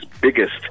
biggest